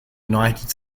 united